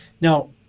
Now